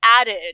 added